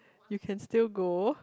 you can still go